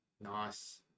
nice